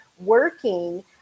working